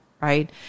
right